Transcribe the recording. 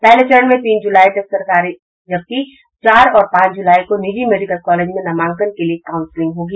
पहले चरण में तीन जुलाई तक सरकारी जबकि चार और पांच जुलाई को निजी मेडिकल कॉलेजों में नामांकन के लिये काउंसिलिंग होगी